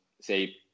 say